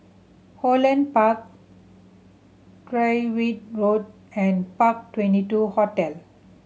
Holland Park Tyrwhitt Road and Park Twenty two Hotel